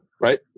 Right